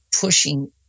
pushing